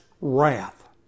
wrath